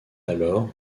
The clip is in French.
alors